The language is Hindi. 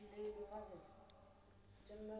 क्या मुझे ऑनलाइन ऐप्स के माध्यम से निवेश करना चाहिए?